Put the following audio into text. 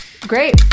Great